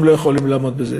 הם לא יכולים לעמוד בזה.